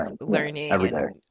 learning